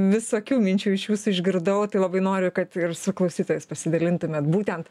visokių minčių iš jūsų išgirdau tai labai noriu kad ir su klausytojais pasidalintumėt būtent